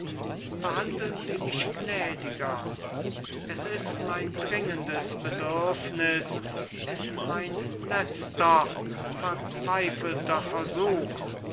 behandeln sie mich gnädiger es ist mein dringendes bedürfnis ist mein letzter verzweifelter versuch